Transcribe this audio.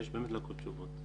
יש תשובות לכל השאלות.